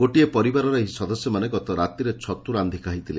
ଗୋଟିଏ ପରିବାରର ଏହି ସଦସ୍ୟମାନେ ଗତ ରାତିରେ ଛତୁ ରାଧି ଖାଇଥିଲେ